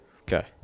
Okay